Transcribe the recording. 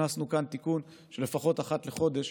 הכנסנו לכאן תיקון שלפחות אחד לחודש,